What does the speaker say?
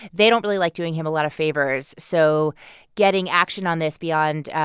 they don't really like doing him a lot of favors. so getting action on this beyond,